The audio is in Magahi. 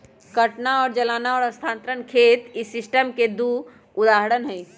काटना और जलाना और स्थानांतरण खेत इस सिस्टम के दु उदाहरण हई